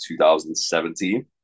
2017